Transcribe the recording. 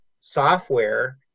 software